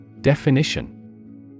Definition